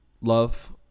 Love